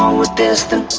um with this then